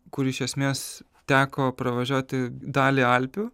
kur iš esmės teko pravažiuoti dalį alpių